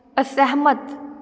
ਅਸਹਿਮਤ